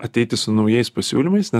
ateiti su naujais pasiūlymais nes